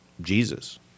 Jesus